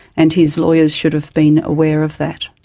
and his lawyers should've been aware of that.